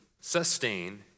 sustain